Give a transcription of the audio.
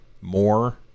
more